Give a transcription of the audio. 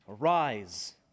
Arise